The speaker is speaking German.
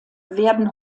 werden